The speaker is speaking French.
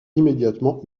immédiatement